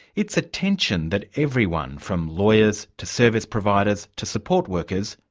it's a tension that everyone, from lawyers to service providers, to support workers,